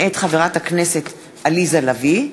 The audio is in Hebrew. מאת חברת הכנסת עליזה לביא,